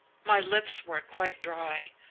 my lips were quite dry.